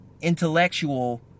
intellectual